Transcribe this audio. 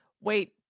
Wait